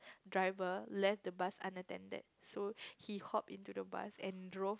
driver left the bus unattended so he hopped into the bus and drove